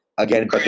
Again